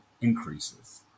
increases